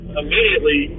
immediately